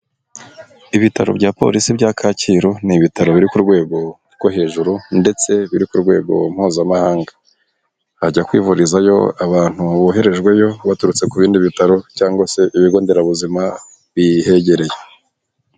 Ibitaro bya polisi bya Kacyiru, ni ibitaro biri ku rwego rwo hejuru ndetse biri ku rwego mpuzamahanga, hajya kwivurizayo abantu boherejweyo baturutse ku bindi bitaro cyangwa se ibigo nderabuzima bihegereye.